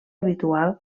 habitual